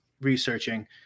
researching